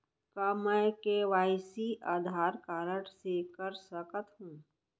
का मैं KYC Aadhaar card से कर सकत हो?